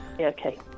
Okay